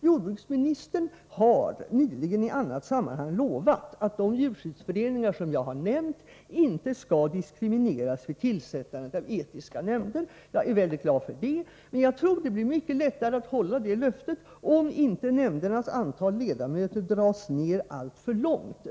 Jordbruksministern har nyligen i annat sammanhang lovat att de djurskyddsföreningar som jag nämnt icke skall diskrimineras vid tillsättandet av etiska nämnder. Jag är väldigt glad för det, men jag tror att det blir mycket lättare att hålla det löftet om inte antalet ledamöter i nämnderna dras ner alltför mycket.